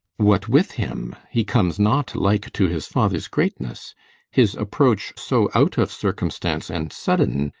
what with him? he comes not like to his father's greatness his approach, so out of circumstance and sudden,